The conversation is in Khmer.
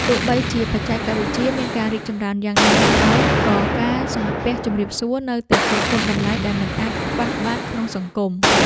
ទោះបីជាបច្ចេកវិទ្យាមានការរីកចម្រើនយ៉ាងណាក៏ដោយក៏ការសំពះជម្រាបសួរនៅតែជាគុណតម្លៃដែលមិនអាចខ្វះបានក្នុងសង្គម។